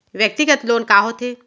व्यक्तिगत लोन का होथे?